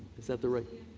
is that the right?